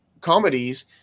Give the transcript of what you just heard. comedies